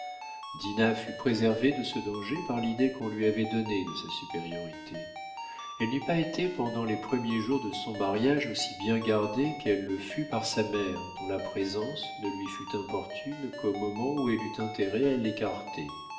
fut préservée de ce danger par l'idée qu'on lui avait donnée de sa supériorité elle n'eût pas été pendant les premiers jours de son mariage aussi bien gardée qu'elle le fut par sa mère dont la présence ne lui fut importune qu'au moment où elle eut intérêt à l'écarter